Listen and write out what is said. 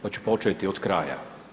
Pa ću početi od kraja.